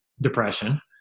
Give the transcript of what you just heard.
depression